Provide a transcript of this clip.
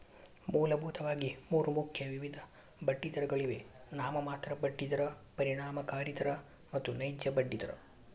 ಮೂಲಭೂತವಾಗಿ ಮೂರು ಮುಖ್ಯ ವಿಧದ ಬಡ್ಡಿದರಗಳಿವೆ ನಾಮಮಾತ್ರ ಬಡ್ಡಿ ದರ, ಪರಿಣಾಮಕಾರಿ ದರ ಮತ್ತು ನೈಜ ಬಡ್ಡಿ ದರ